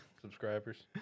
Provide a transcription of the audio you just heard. subscribers